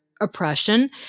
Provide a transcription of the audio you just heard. oppression